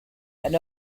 and